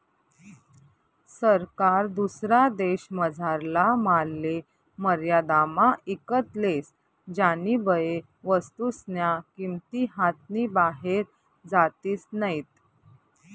सरकार दुसरा देशमझारला मालले मर्यादामा ईकत लेस ज्यानीबये वस्तूस्न्या किंमती हातनी बाहेर जातीस नैत